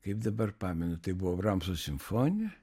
kaip dabar pamenu tai buvo bramso simfonija